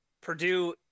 Purdue